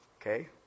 okay